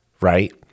right